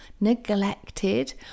neglected